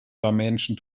dimension